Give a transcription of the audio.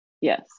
Yes